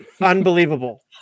Unbelievable